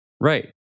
Right